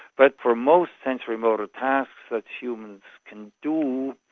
but for most sensory motor tasks that humans can do,